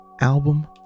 album